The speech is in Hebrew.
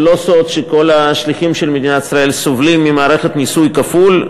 זה לא סוד שכל השליחים של מדינת ישראל סובלים ממיסוי כפול.